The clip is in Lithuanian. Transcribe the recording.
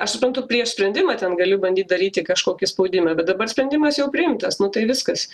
aš suprantu prieš sprendimą ten gali bandyt daryti kažkokį spaudimą bet dabar sprendimas jau priimtas nu tai viskas